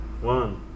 One